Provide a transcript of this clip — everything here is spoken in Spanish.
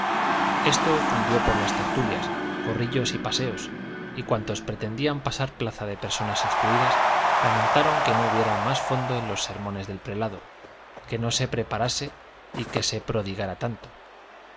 esto cundió por las tertulias corrillos y paseos y cuantos pretendían pasar plaza de personas instruidas lamentaron que no hubiera más fondo en los sermones del prelado que no se preparase y que se prodigara tanto